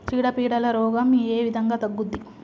చీడ పీడల రోగం ఏ విధంగా తగ్గుద్ది?